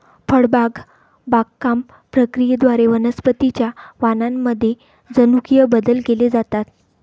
फळबाग बागकाम प्रक्रियेद्वारे वनस्पतीं च्या वाणांमध्ये जनुकीय बदल केले जातात